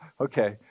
okay